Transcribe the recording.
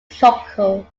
tropical